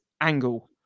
angle